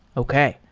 okay.